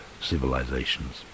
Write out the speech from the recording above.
civilizations